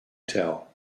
tell